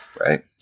Right